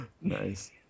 Nice